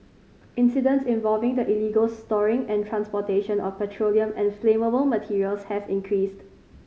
incidents involving the illegal storing and transportation of petroleum and flammable materials have increased